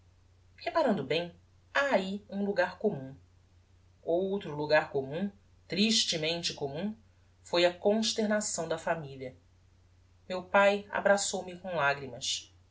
reparando bem ha ahi um logar commum outro logar commum tristemente commum foi a consternação da familia meu pae abraçou-me com lagrimas